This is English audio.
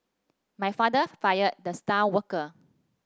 my father fired the star worker